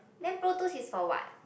then Protos is for what